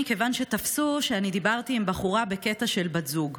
מכיוון שתפסו שאני דיברתי עם בחורה בקטע של בת זוג.